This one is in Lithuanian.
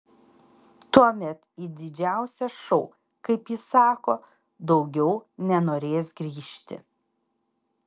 tuomet į didžiausią šou kaip jis sako daugiau nenorės grįžti